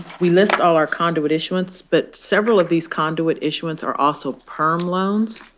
we list all our conduit issuance, but several of these conduit issuants are also perm loans.